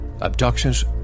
Abductions